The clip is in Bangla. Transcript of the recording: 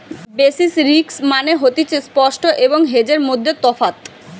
বেসিস রিস্ক মানে হতিছে স্পট এবং হেজের মধ্যে তফাৎ